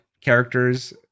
characters